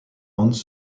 hans